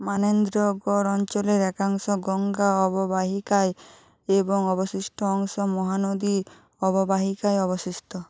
মানেন্দ্রগড় অঞ্চলের একাংশ গঙ্গা অববাহিকায় এবং অবশিষ্ট অংশ মহানদী অববাহিকায় অবস্থিত